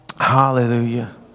Hallelujah